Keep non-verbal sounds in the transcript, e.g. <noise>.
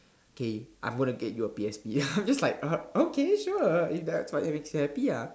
K I'm gonna get you a P_S_P <laughs> I'm just like uh okay sure if that's what makes you happy ah